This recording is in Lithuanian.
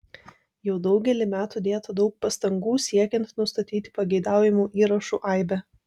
jau daugelį metų dėta daug pastangų siekiant nustatyti pageidaujamų įrašų aibę